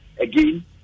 again